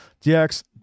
DX